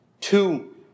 Two